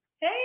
Hey